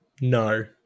No